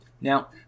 Now